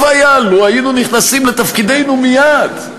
היה לו היינו נכנסים לתפקידנו מייד.